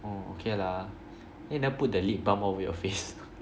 oh okay lah then you never put the lip balm all over your face